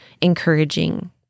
encouraging